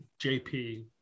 jp